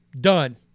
done